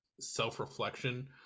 self-reflection